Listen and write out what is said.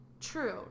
True